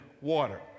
water